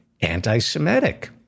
anti-Semitic